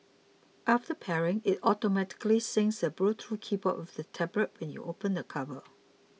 after pairing it automatically syncs the Bluetooth keyboard with the tablet when you open the cover